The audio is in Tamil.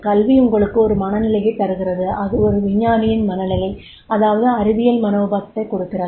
கல்வி உங்களுக்கு ஒரு மனநிலையைத் தருகிறது அது ஒரு விஞ்ஞானியின் மனநிலை அதாவது அறிவியல் மனோபாவத்தைக் கொடுக்கிறது